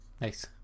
Nice